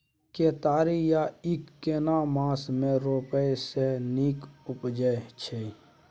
केतारी या ईख केना मास में रोपय से नीक उपजय छै?